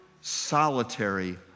solitary